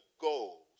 goals